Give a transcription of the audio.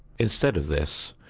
instead of this,